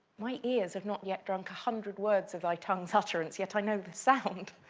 my ears have not yet drunk a hundred words of thy tongue's utterance, yet i know the sound